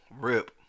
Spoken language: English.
Rip